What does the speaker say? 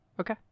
Okay